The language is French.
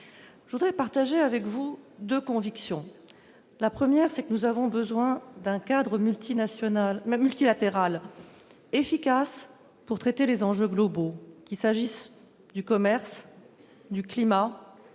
Je voudrais partager avec vous deux convictions. La première, c'est que nous avons besoin d'un cadre multilatéral efficace pour traiter les enjeux globaux, qu'il s'agisse du commerce, du climat,